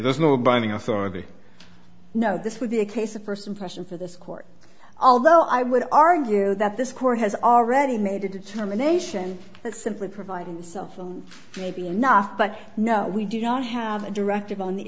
there's no binding authority no this would be a case of first impression for this court although i would argue that this court has already made a determination simply providing a cell phone may be enough but no we do not have a directive on the